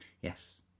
Yes